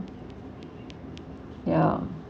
ya